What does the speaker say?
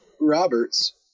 Roberts